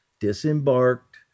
disembarked